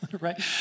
right